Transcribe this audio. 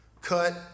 Cut